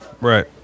Right